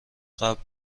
قبل